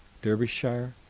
derbyshire,